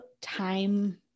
time-